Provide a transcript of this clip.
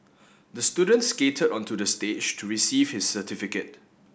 the student skated onto the stage to receive his certificate